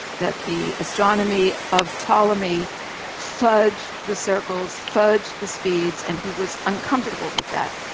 that the astronomy of ptolemy fudged the circles, fudged the speeds, and he was uncomfortable with that.